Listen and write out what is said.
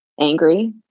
Angry